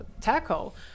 tackle